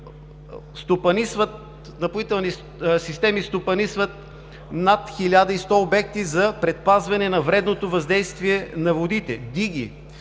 „Напоителни системи“ стопанисват над 1100 обекта за предпазване от вредното въздействие на водите – диги,